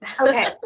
Okay